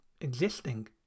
existing